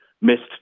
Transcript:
missed